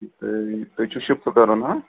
بیٚیہِ تۅہہِ چھُو شِفٹ کرُن ہا